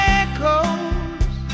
echoes